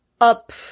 up